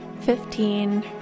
Fifteen